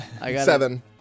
Seven